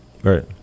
Right